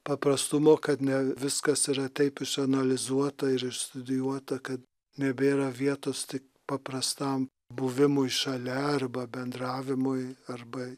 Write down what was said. paprastumo kad ne viskas yra taip išanalizuota ir išstudijuota kad nebėra vietos tik paprastam buvimui šalia arba bendravimui arba